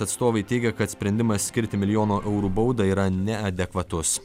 atstovai teigia kad sprendimas skirti milijono eurų baudą yra neadekvatus